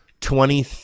Twenty